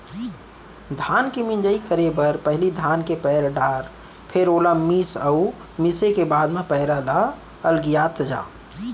धान के मिंजई करे बर पहिली धान के पैर डार फेर ओला मीस अउ मिसे के बाद म पैरा ल अलगियात जा